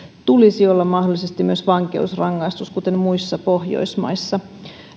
tulisi mahdollisesti olla myös vankeusrangaistus kuten muissa pohjoismaissa